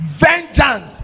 Vengeance